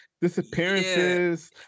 disappearances